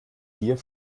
gier